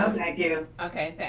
ah thank you. okay.